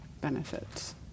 benefits